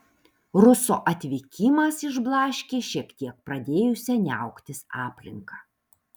ruso atvykimas išblaškė šiek tiek pradėjusią niauktis aplinką